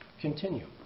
continue